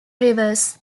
rivers